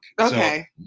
Okay